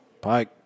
Pike